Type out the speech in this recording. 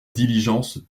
diligence